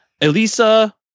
Elisa